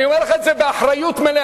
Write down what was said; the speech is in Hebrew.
אני אומר לך את זה באחריות מלאה.